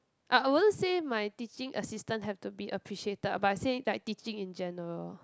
I I wouldn't say my teaching assistant have to be appreciated but I say like teaching in general